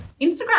Instagram